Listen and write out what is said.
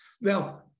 Now